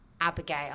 Abigail